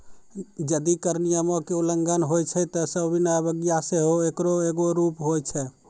जदि कर नियमो के उल्लंघन होय छै त सविनय अवज्ञा सेहो एकरो एगो रूप होय छै